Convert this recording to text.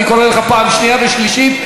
אני קורא לך פעם שנייה ושלישית.